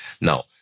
Now